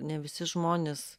ne visi žmonės